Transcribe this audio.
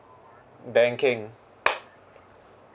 banking